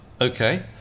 Okay